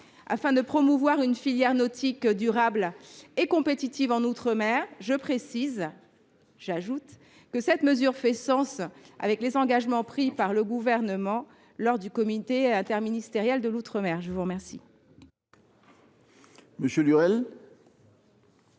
afin de promouvoir une filière nautique durable et compétitive en outre mer. J’ajoute que cette mesure est cohérente avec les engagements pris par le Gouvernement lors du comité interministériel des outre mer (Ciom).